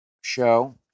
show